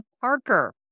Parker